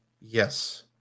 Yes